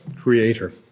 creator